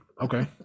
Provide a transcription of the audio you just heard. Okay